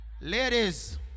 ladies